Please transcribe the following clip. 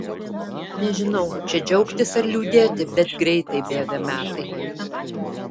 nežinau čia džiaugtis ar liūdėti bet greitai bėga metai